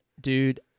dude